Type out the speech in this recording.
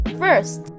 first